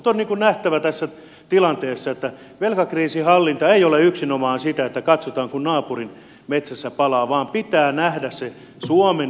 mutta on nähtävä tässä tilanteessa että velkakriisin hallinta ei ole yksinomaan sitä että katsotaan kun naapurin metsässä palaa vaan pitää nähdä se suomen etu tässä